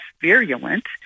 virulent